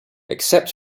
except